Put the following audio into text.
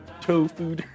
tofu